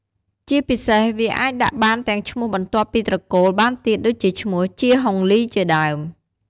ជាពិសេសវាអាចដាក់បានទាំងឈ្មោះបន្ទាប់ពីត្រកូលបានទៀតដូចជាឈ្មោះ ជា ហុងលី ជាដើម។